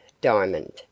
Diamond